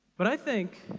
but i think,